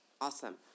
Awesome